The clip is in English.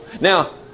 Now